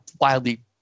wildly